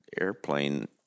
airplane